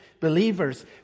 believers